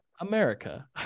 america